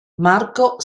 marco